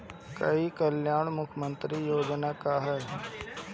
ई कल्याण मुख्य्मंत्री योजना का है?